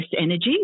energy